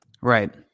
Right